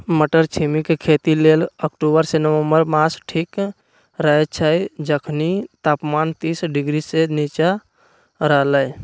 मट्टरछिमि के खेती लेल अक्टूबर से नवंबर मास ठीक रहैछइ जखनी तापमान तीस डिग्री से नीचा रहलइ